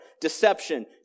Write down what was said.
deception